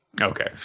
Okay